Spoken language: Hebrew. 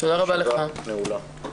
הישיבה נעולה.